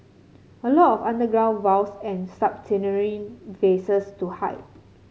a lot of underground vaults and subterranean faces to hide